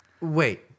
Wait